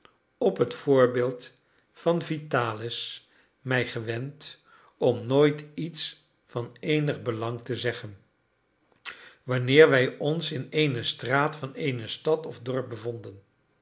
op het voorbeeld van vitalis mij gewend om nooit iets van eenig belang te zeggen wanneer wij ons in eene straat van een stad of dorp bevonden